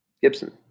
Gibson